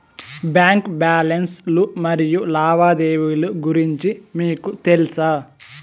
Bank balance లు మరియు లావాదేవీలు గురించి మీకు తెల్సా?